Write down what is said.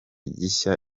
gishya